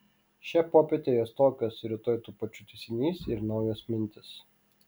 šią popietę jos tokios rytoj tų pačių tęsinys ir naujos mintys